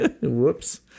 Whoops